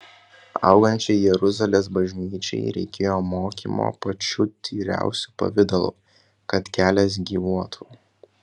augančiai jeruzalės bažnyčiai reikėjo mokymo pačiu tyriausiu pavidalu kad kelias gyvuotų